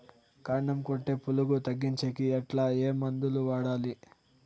కాండం కొట్టే పులుగు తగ్గించేకి ఎట్లా? ఏ మందులు వాడాలి?